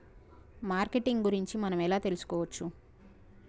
Marketing గురించి మనం ఎలా తెలుసుకోవచ్చు?